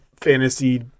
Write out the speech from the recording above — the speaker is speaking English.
fantasy